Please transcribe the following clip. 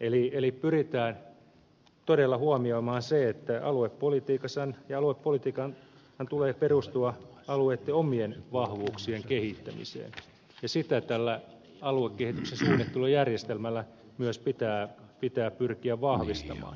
eli pyritään todella huomioimaan se että aluepolitiikan tulee perustua alueitten omien vahvuuksien kehittämiseen ja sitä tällä aluekehityksen suunnittelujärjestelmällä myös pitää pyrkiä vahvistamaan